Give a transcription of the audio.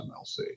MLC